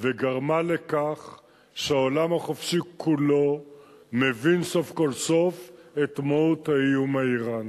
וגרמה לכך שהעולם החופשי כולו מבין סוף כל סוף את מהות האיום האירני.